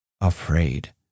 afraid